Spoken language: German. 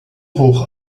hoch